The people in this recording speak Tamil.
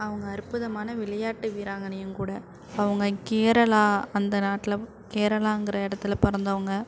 அவங்க அற்புதமான விளையாட்டு வீராங்கனையுங்கூட அவங்க கேரளா அந்த நாட்டில் கேரளாங்கின்ற இடத்துல பிறந்தவங்க